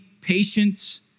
patience